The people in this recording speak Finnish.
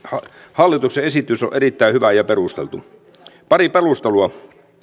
hallituksen esitys on on erittäin hyvä ja perusteltu pari perustelua